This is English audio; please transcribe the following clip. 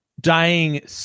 dying